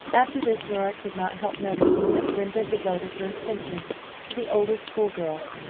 after this nora could not help noticing that brenda devoted her attention to the older schoolgirls,